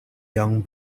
young